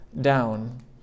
down